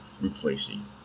replacing